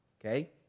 Okay